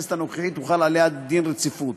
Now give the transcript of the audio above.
ובכנסת הנוכחית הוחל עליה דין רציפות.